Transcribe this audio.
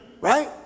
Right